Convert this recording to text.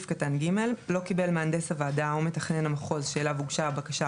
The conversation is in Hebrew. (ג)לא קיבל מהנדס הוועדה או מתכנן המחוז שאליו הוגשה הבקשה,